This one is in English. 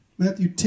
Matthew